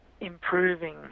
improving